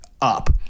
up